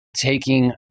taking